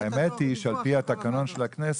לפי תקנון הכנסת,